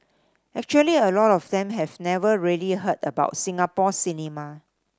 actually a lot of them have never really heard about Singapore cinema